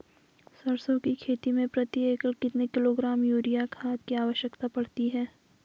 सरसों की खेती में प्रति एकड़ कितने किलोग्राम यूरिया खाद की आवश्यकता पड़ती है?